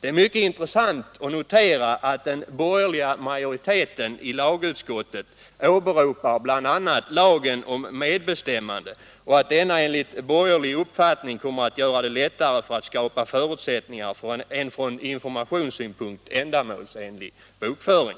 Det är mycket intressant att notera att den borgerliga majoriteten i lagutskottet åberopar bl.a. lagen om medbestämmande och att denna enligt borgerlig uppfattning kommer att göra det lättare att skapa förutsättningar för en från informationssynpunkt ändamålsenlig bokföring.